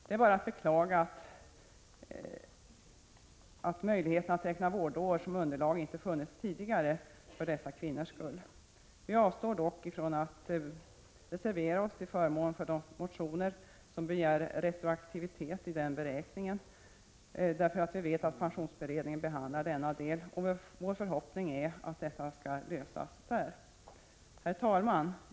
Det är bara att beklaga att möjligheten att räkna vårdår som underlag för ATP inte funnits tidigare för dessa kvinnor. Vi avstår dock från att reservera oss till förmån för de motioner i vilka man begär retroaktivitet i beräkningen. Vi vet nämligen att pensionsberedningen behandlar denna fråga. Vår förhoppning är att den skall lösas i denna beredning. Herr talman!